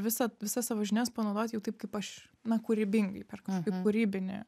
visą visas savo žinias panaudot jau taip kaip aš na kūrybingai per kažkokį kūrybinį